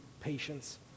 patience